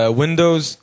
windows